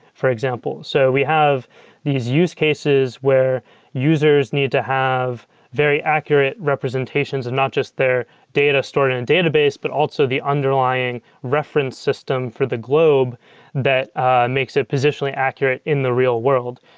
for example. so we have these use cases where users need to have very accurate representations and not just their data stored in a database, but also the underlying reference system for the globe that makes it positionally accurate in the real world.